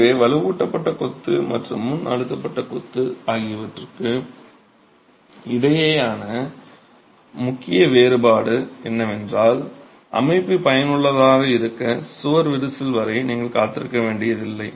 எனவே வலுவூட்டப்பட்ட கொத்து மற்றும் முன் அழுத்தப்பட்ட கொத்து ஆகியவற்றுக்கு இடையேயான முக்கிய வேறுபாடு என்னவென்றால் அமைப்பு பயனுள்ளதாக இருக்க சுவர் விரிசல் வரை நீங்கள் காத்திருக்க வேண்டியதில்லை